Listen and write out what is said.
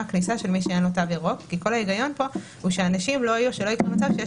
כניסה של מי שאין לו תו ירוק כי כל ההיגיון כאן הוא שלא יהיה מצב שיש